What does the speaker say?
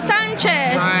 Sanchez